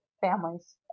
families